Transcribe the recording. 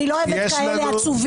אני לא אוהבת כאלה עצובים,